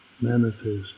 manifest